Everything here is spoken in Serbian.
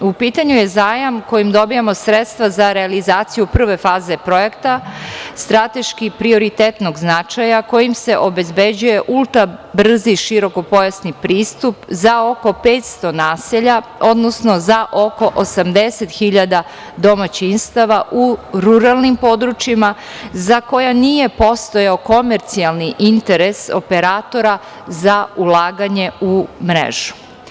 U pitanju je zajam kojim dobijamo sredstva za realizaciju prve faze projekta, strateški prioritetnog značaja kojim se obezbeđuje ultra brzi širokopojasni pristup za oko 500 naselja, odnosno za oko 80.000 domaćinstava u ruralnim područjima, za koja nije postojao komercijalni interes operatora za ulaganje u mrežu.